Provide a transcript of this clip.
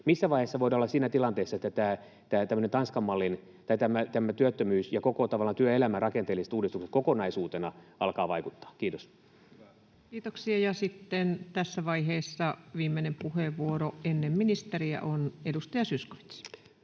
missä vaiheessa voidaan olla siinä tilanteessa, että tämä tämmöinen Tanskan mallin... tai tähän työttömyyteen tavallaan työelämän rakenteelliset uudistukset kokonaisuutena alkavat vaikuttaa? — Kiitos. Kiitoksia. — Ja sitten tässä vaiheessa viimeinen puheenvuoro ennen ministeriä on edustaja Zyskowiczillä.